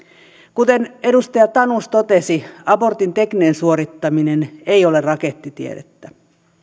kuten edustaja tanus totesi abortin tekninen suorittaminen ei ole rakettitiedettä